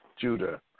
Judah